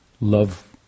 Love